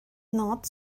not